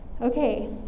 okay